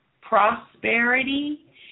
prosperity